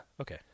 Okay